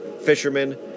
fishermen